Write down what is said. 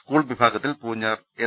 school വിഭാഗത്തിൽ Poonjar S